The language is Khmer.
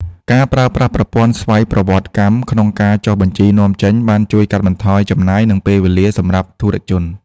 ការប្រើប្រាស់ប្រព័ន្ធស្វ័យប្រវត្តិកម្មក្នុងការចុះបញ្ជីនាំចេញ បានជួយកាត់បន្ថយចំណាយ និងពេលវេលាសម្រាប់ធុរជន។